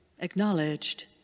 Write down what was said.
acknowledged